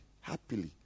happily